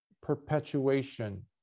perpetuation